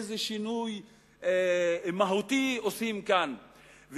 איזה שינוי מהותי עושים כאן.